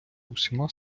усіма